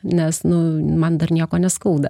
nes nu man dar nieko neskauda